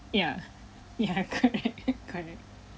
yeah ya correct correct